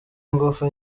ingufu